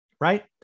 right